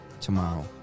tomorrow